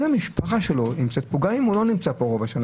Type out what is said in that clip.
אבל אם המשפחה שלו נמצאת כאן גם אם הוא לא נמצא כאן רוב השנה